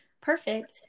perfect